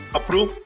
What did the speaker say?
Approve